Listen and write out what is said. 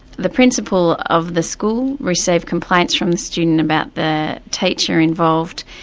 the principal of the school received complaints from the student about the teacher involved,